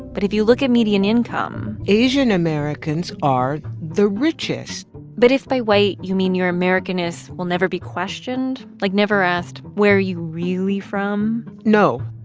but if you look at median income. asian americans are the richest but if by white, you mean your americanness will never be questioned like, never asked, where are you really from? no